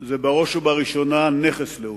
הוא בראש ובראשונה נכס לאומי,